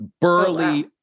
burly-